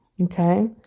Okay